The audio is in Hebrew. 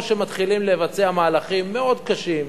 או שמתחילים לבצע מהלכים מאוד קשים,